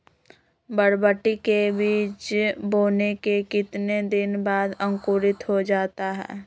बरबटी के बीज बोने के कितने दिन बाद अंकुरित हो जाता है?